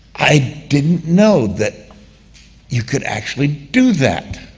i didn't know that you could actually do that.